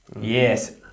Yes